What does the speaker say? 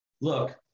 Look